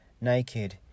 naked